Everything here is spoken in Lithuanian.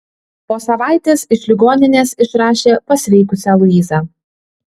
po savaitės iš ligoninės išrašė pasveikusią luizą